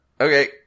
Okay